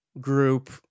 group